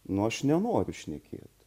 nu aš nenoriu šnekėt